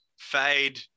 fade